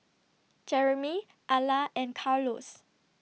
Jeremy Alla and Carlos